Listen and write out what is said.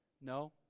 No